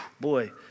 boy